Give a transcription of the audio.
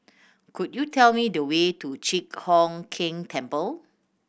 could you tell me the way to Chi Hock Keng Temple